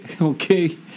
Okay